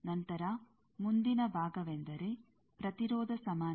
ನಂತರ ಮುಂದಿನ ಭಾಗವೆಂದರೆ ಪ್ರತಿರೋಧ ಸಮಾನತೆ